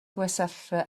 gwersylla